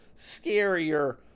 scarier